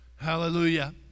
Hallelujah